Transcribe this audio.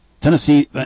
Tennessee